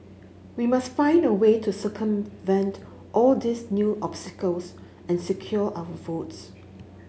we must find a way to circumvent all these new obstacles and secure our votes